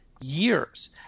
years